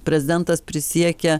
prezidentas prisiekia